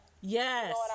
yes